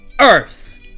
earth